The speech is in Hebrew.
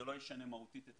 זה לא ישנה מהותית את